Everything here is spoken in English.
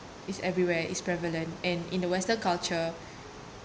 is everywhere is prevalent and in the western culture